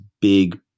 big